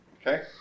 Okay